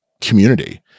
community